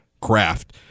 craft